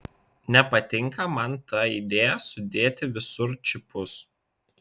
nepatinka man ta idėja sudėti visur čipus